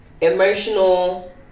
emotional